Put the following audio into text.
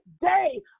day